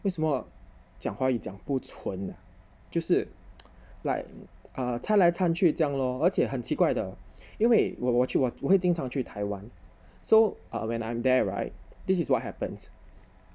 为什么讲华语讲不纯的就是 like uh 掺来掺去这样 lor 而且很奇怪的因为我去我会经常去台湾 so ah when I'm there right this is what happens